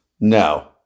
no